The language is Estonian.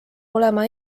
olema